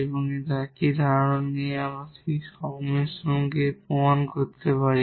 এবং একই ধারণা দিয়ে আমরা সেই সংমিশ্রণকে প্রমাণ করতে পারি